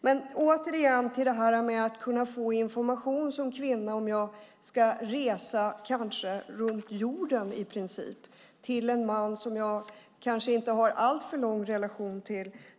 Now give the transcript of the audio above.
Det gäller att kunna få information som kvinna om jag i princip ska resa runt jorden till en man som jag kanske inte har en alltför lång relation till.